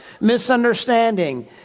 misunderstanding